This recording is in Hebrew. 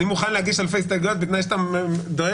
אני מוכן להגיש אלפי הסתייגויות בתנאי שאתה דואג